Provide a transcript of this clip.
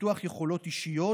ופיתוח יכולות אישיות,